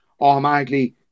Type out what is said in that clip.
automatically